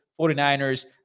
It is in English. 49ers